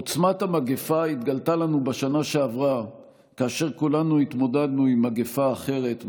עוצמת המגפה התגלתה לנו בשנה שעברה כאשר כולנו התמודדנו עם מגפה אחרת,